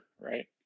right